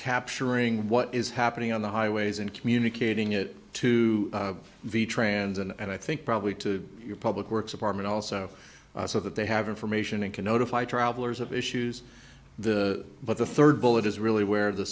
capturing what is happening on the highways and communicating it to the trans and i think probably to your public works department also so that they have information and can notify travelers of issues the but the third bullet is really where the